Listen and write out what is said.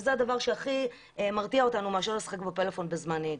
וזה הדבר שהכי מרתיע אותנו מלשחק בפלאפון בזמן נהיגה.